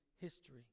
history